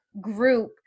group